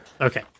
Okay